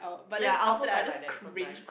ya I also type like that sometime